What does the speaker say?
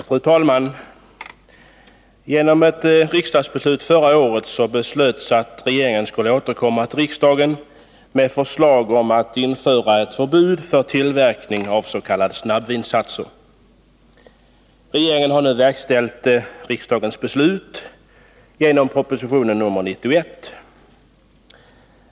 Fru talman! Genom ett riksdagsbeslut förra året fick regeringen i uppdrag att återkomma till riksdagen med förslag om förbud mot tillverkning av s.k. snabbvinsatser. Regeringen har nu genom propositionen nr 91 verkställt riksdagens beslut.